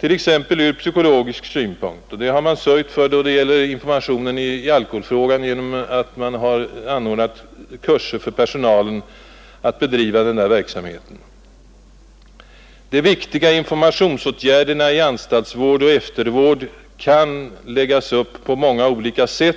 t.ex. ur psykologisk synpunkt. Det har man sörjt för då det gäller informationen i alkoholfrågan genom att det ordnats kurser för personalen om hur verksamheten skall bedrivas. De viktiga informationsåtgärderna i anstaltsvård och eftervård kan naturligtvis läggas upp på många olika sätt.